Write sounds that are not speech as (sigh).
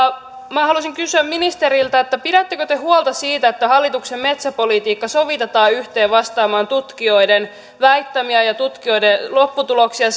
minä haluaisin kysyä ministeriltä pidättekö te huolta siitä että hallituksen metsäpolitiikkaa sovitetaan yhteen vastaamaan tutkijoiden väittämiä ja tutkijoiden lopputuloksia (unintelligible)